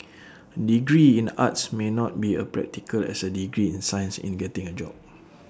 degree in arts may not be A practical as A degree in science in getting A job